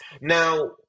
Now